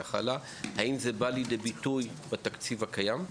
האם זה בא לידי ביטוי בתקציב הקיים?